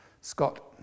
Scott